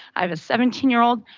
i have a seventeen year old.